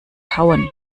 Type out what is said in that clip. hauen